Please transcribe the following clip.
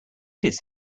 his